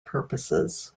purposes